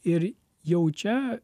ir jau čia